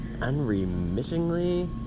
unremittingly